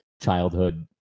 childhood